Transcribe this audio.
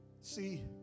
see